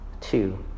Two